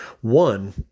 One